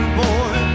boy